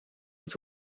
het